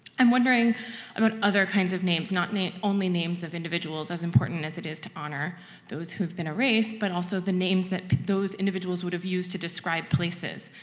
i'm wondering about other kinds of names, not only names of individuals, as important as it is to honor those who have been erased, but also the names that those individuals would have used to describe places,